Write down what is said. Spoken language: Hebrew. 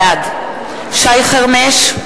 בעד שי חרמש,